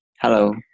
Hello